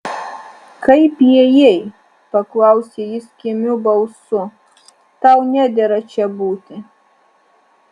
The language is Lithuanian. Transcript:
kaip įėjai paklausė jis kimiu balsu tau nedera čia būti